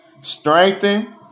Strengthen